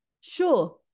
Sure